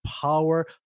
power